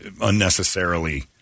unnecessarily